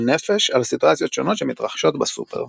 נפש" על סיטואציות שונות שמתרחשות בסופר.